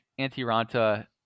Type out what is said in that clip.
Antiranta